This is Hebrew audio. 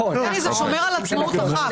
זה שומר על עצמאות חבר הכנסת.